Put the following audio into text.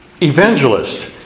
evangelist